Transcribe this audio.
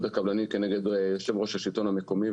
הקבלנים כנגד יושב-ראש השלטון המקומי,